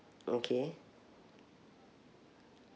okay